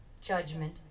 judgment